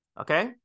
okay